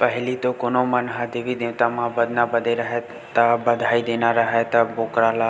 पहिली तो कोनो मन ह देवी देवता म बदना बदे राहय ता, बधई देना राहय त बोकरा ल